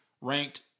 ranked